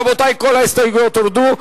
רבותי, כל ההסתייגויות הורדו.